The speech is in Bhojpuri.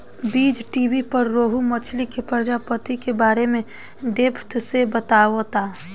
बीज़टीवी पर रोहु मछली के प्रजाति के बारे में डेप्थ से बतावता